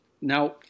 now –